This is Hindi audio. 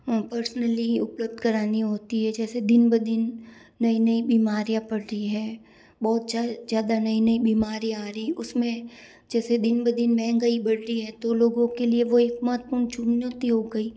पर्सनली उपलब्ध करानी होती है जैसे दिन ब दिन नई नई बीमारियां बढ़ रही है बहुत ज़्यादा नई नई बीमारी आ रही उसमें जैसे दिन ब दिन महंगाई बढ़ रही है तो लोगों के लिए वह एक महत्वपूर्ण चुनौती हो गई